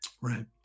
right